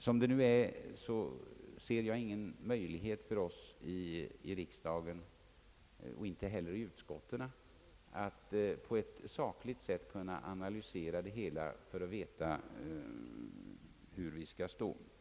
Som det nu är ser jag ingen möjlighet för oss i riksdagen och inte heller i utskotten att på ett sakligt sätt kunna analysera det hela för att veta hur vi skall ställa oss.